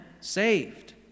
saved